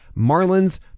Marlins